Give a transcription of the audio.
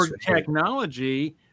technology